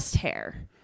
hair